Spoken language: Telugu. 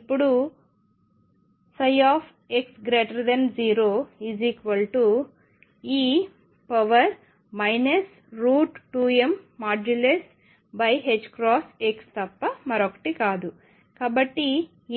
ఇప్పుడు ψx0 e 2mE2x తప్ప మరొకటి కాదు కాబట్టి